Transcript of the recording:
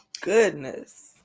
goodness